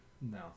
No